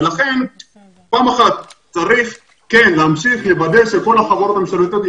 לכן צריך כן להמשיך לוודא שכל החברות הממשלתיות,